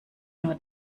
nur